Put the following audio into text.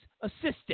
assistant